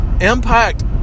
Impact